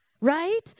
Right